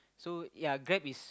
so ya Grab is